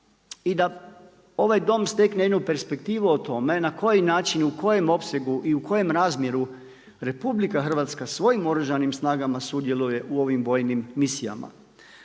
i da ovaj Dom stekne jednu perspektivu o tome na koji način, u kojem opsegu i u kojem razmjeru RH svojim Oružanim snagama sudjeluje u ovim vojnim misijama.